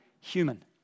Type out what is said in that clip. human